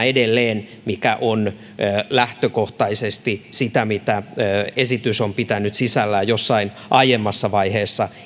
edelleen leviää lähtökohtaisesti sellaista tietoa mitä esitys on pitänyt sisällään jossain aiemmassa vaiheessa